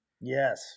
Yes